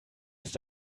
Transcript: ist